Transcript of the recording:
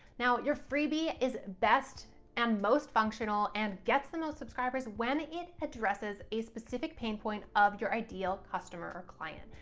now, your freebie is best and most functional and gets the most subscribers when it addresses a specific pain point of your ideal customer or client.